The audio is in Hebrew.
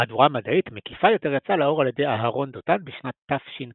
מהדורה מדעית מקיפה יותר יצאה לאור על ידי אהרון דותן בשנת תשכ"ז.